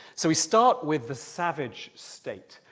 so we start with the savage state.